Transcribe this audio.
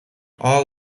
all